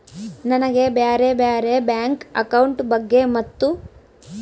ನನಗೆ ಬ್ಯಾರೆ ಬ್ಯಾರೆ ಬ್ಯಾಂಕ್ ಅಕೌಂಟ್ ಬಗ್ಗೆ ಮತ್ತು?